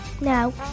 No